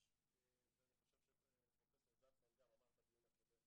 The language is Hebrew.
אני חושב שפרופ' זלצמן גם אמר בדיון הקודם.